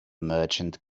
merchant